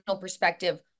perspective